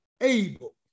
able